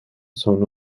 son